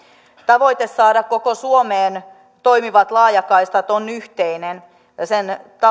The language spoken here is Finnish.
tavoite saada koko suomeen toimivat laajakaistat on yhteinen ja sen